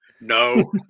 no